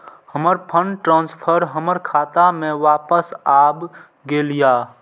हमर fund transfer हमर खाता में वापस आब गेल या